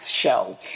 show